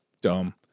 dumb